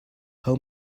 how